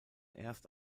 erst